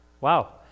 Wow